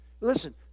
Listen